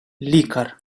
лікар